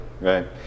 Right